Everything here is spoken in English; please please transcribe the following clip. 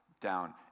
down